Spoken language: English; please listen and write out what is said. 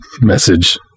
message